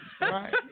Right